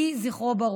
יהי זכרו ברוך.